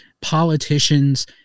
politicians